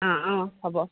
অঁ অঁ হ'ব